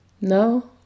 No